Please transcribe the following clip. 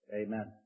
Amen